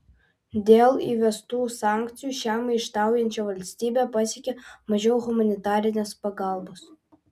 dėl įvestų sankcijų šią maištaujančią valstybę pasiekia mažiau humanitarinės pagalbos